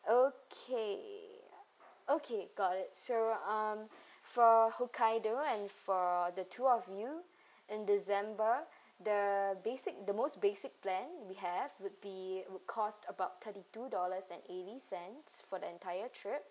okay okay got it so um for hokkaido and for the two of you in december the basic the most basic plan we have would be would cost about thirty two dollars and eighty cents for the entire trip